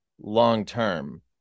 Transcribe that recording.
long-term